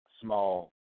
small